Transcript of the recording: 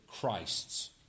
Christ's